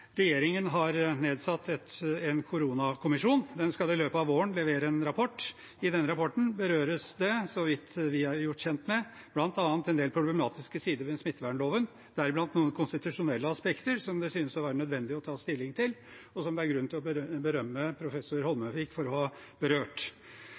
Regjeringen har nedsatt en koronakommisjon. Den skal i løpet av våren levere en rapport. I denne rapporten berøres det, så vidt vi er gjort kjent med, bl.a. en del problematiske sider ved smittevernloven – deriblant noen konstitusjonelle aspekter som det synes å være nødvendig å ta stilling til, og som det er grunn til å berømme professor